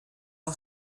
auf